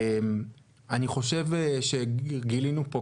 אני חושב שגילינו פה,